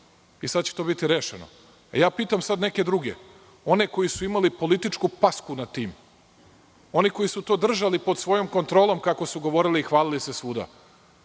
i sada će to biti rešeno. Pitam sada neke druge, one koji su imali političku pasku nad tim, oni koji su to držali pod svojom kontrolom kako su govorili i hvalili se svuda.